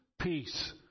peace